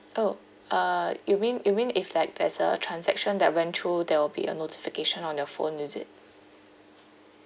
oh uh you mean you mean if like there's a transaction that went through there will be a notification on your phone is it